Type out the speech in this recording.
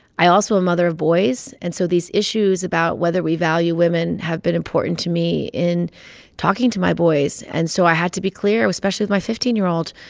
i also a mother of boys, and so these issues about whether we value women have been important to me in talking to my boys. and so i had to be clear, especially with my fifteen year old,